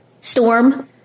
storm